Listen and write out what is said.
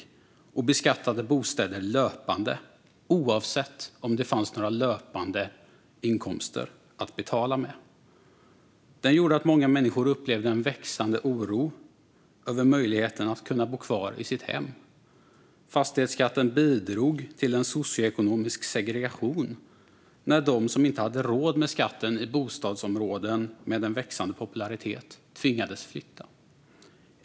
Bostäder beskattades löpande oavsett om det fanns några löpande inkomster att betala med. Skatten gjorde att många människor upplevde en växande oro över möjligheten att bo kvar i sitt hem. Fastighetsskatten bidrog till en socioekonomisk segregation när de som inte hade råd med skatten i bostadsområden med en växande popularitet tvingades flytta.